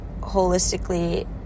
holistically